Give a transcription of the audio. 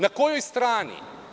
Na kojoj strani?